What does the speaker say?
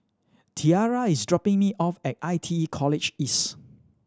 Tiarra is dropping me off at I T E College East